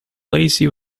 lazy